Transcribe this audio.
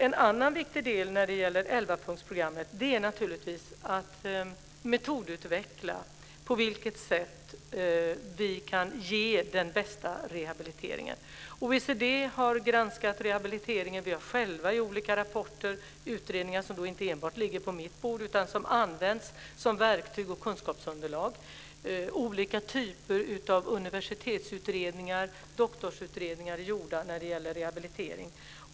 En annan viktig del när det gäller elvapunktsprogrammet är naturligtvis att man ska metodutveckla och se på vilket sätt man kan ge den bästa rehabiliteringen. OECD har granskat rehabiliteringen. Vi har själva gjort olika rapporter och utredningar som inte enbart ligger på mitt bord utan används som verktyg och kunskapsunderlag. Olika typer av universitetsutredningar och doktorsutredningar är gjorda när det gäller rehabilitering.